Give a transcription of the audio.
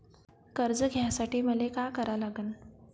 कर्ज घ्यासाठी मले का करा लागन?